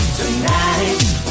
tonight